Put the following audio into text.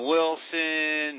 Wilson